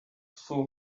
full